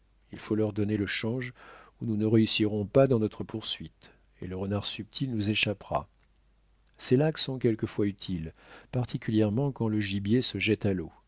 il faut leur donner le change ou nous ne réussirons pas dans notre poursuite et le renard subtil nous échappera ces lacs sont quelquefois utiles particulièrement quand le gibier se jette à l'eau